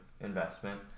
investment